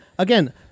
Again